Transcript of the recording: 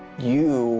you